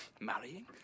Marrying